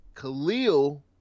Khalil